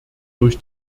durch